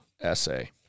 essay